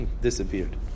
disappeared